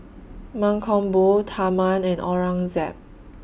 Mankombu Tharman and Aurangzeb